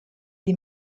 des